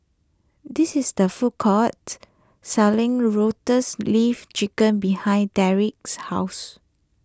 this is the food court selling Lotus Leaf Chicken behind Derrek's house